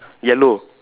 yellow